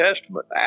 Testament